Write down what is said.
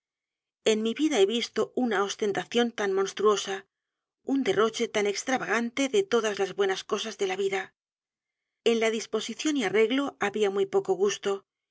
en mi vida h e visto una ostentación tan monstruosa un derroche tan extravagante de todas las buenas cosas de la vida en la disposición y arreglo había muy poco g